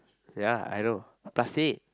ya I know plastic